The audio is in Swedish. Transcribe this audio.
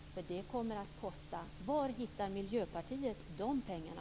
Det kommer att kosta. Var hittar Miljöpartiet de pengarna?